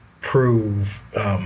prove